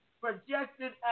projected